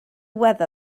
weather